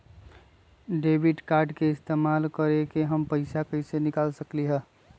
Debit card के इस्तेमाल करके हम पैईसा कईसे निकाल सकलि ह?